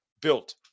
Built